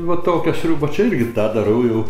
va tokia sriuba čia irgi tą darau jau